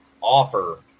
offer